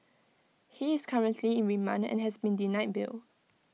he is currently in remand and has been denied bail